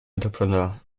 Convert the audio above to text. entrepreneur